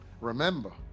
Remember